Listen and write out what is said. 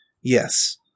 Yes